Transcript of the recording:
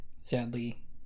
sadly